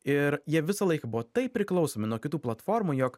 ir jie visą laiką buvo taip priklausomi nuo kitų platformų jog